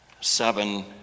seven